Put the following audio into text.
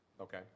Okay